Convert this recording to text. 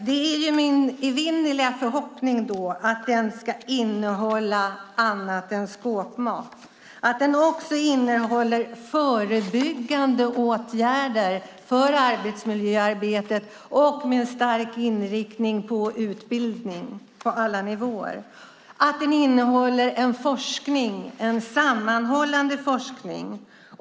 Det är min evinnerliga förhoppning att den ska innehålla annat än skåpmat, att den innehåller förebyggande åtgärder för arbetsmiljöarbetet med en stark inriktning på utbildning på alla nivåer och att den innehåller en sammanhållande forskning.